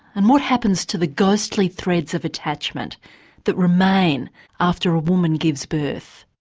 and what happens to the ghostly threads of attachment that remain after a woman gives birth?